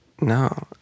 No